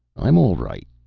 i'm all right,